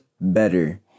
better